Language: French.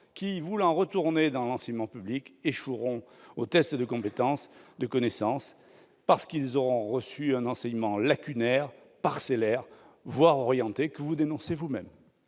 voulant retourner dans l'enseignement public, échouer aux tests de compétences et de connaissances, parce qu'ils auront reçu un enseignement lacunaire ou parcellaire, voire orienté. Nous regrettons